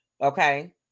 okay